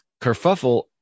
kerfuffle